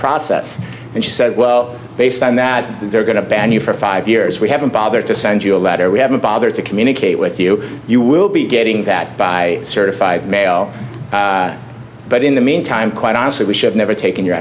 process and she said well based on that they're going to ban you for five years we haven't bothered to send you a letter we haven't bothered to communicate with you you will be getting that by certified mail but in the meantime quite honestly we should never take in your